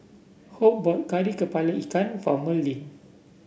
Hope bought Kari kepala Ikan for Merlyn